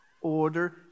order